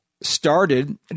started